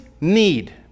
need